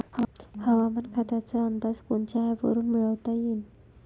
हवामान खात्याचा अंदाज कोनच्या ॲपवरुन मिळवता येईन?